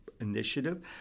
initiative